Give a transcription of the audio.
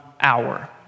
hour